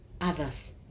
others